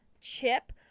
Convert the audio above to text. chip